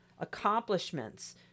accomplishments